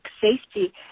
safety